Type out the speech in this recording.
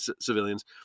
civilians